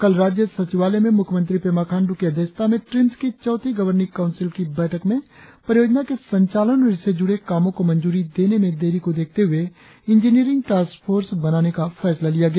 कल राज्य सचिवालय में मुख्यमंत्री पेमा खांड्र के अध्यक्षता में ट्रीम्स की चौथी गर्वर्निंग काउंसिल की बैठक में परियोजनाओं के संचालन और इससे जुड़े कामों को मंजूरी देने में देरी को देखते हुए इंजीनियंरिंग टास्क फोर्स बनाने का फैसला लिया गया